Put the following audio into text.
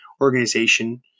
organization